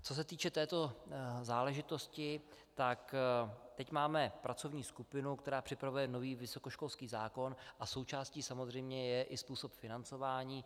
Co se týče této záležitosti, tak teď máme pracovní skupinu, která připravuje nový vysokoškolský zákon, a součástí samozřejmě je i způsob financování.